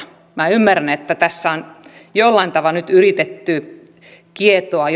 minä ymmärrän että tässä on jollain tavalla nyt yritetty kietoa